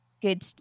good –